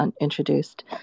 introduced